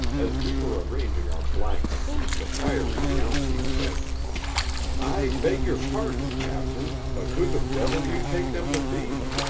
as we were arranging our blankets the fiery yountsey said i beg your pardon, captain, but who the devil do you take them to be?